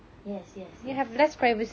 yes yes yes